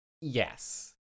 Yes